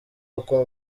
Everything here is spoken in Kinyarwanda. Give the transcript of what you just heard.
uko